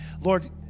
Lord